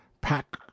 pack